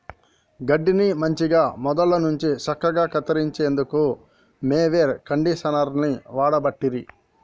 గడ్డిని మంచిగ మొదళ్ళ నుండి సక్కగా కత్తిరించేందుకు మొవెర్ కండీషనర్ని వాడబట్టిరి